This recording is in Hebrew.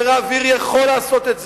ורב עיר יכול לעשות את זה.